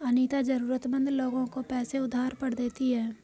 अनीता जरूरतमंद लोगों को पैसे उधार पर देती है